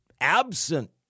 Absent